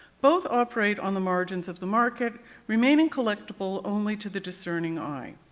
both operate on the margins of the market remaining collectible only to the discerning eye.